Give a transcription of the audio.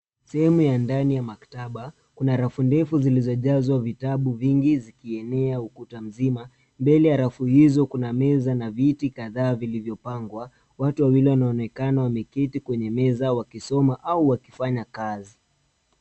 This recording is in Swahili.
Sehemu ya ndani ya maktaba, kuna rafu ndefu zilizojazwa vitabu vingi zikienea ukuta mzima. Mbele ya rafu hizo kuna meza na viti kadhaa vilivyopangwa. Watu wawili wanaonekana wameketi kwenye meza wakisoma au wakifanya kazi.